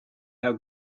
how